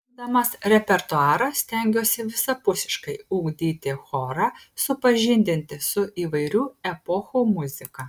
rinkdamas repertuarą stengiuosi visapusiškai ugdyti chorą supažindinti su įvairių epochų muzika